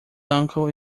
uncle